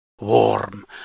Warm